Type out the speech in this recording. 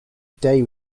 day